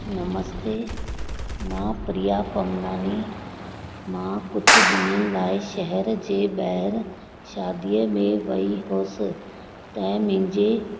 नमस्ते मां प्रिया पमनानी मां कुझु ॾींहनि जे लाए शहर जे ॿाहेर शादीअ में वई हुअसि त मुंहिंजे